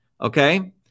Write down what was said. okay